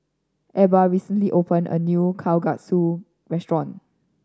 Ebba recently opened a new Kalguksu restaurant